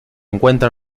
encuentra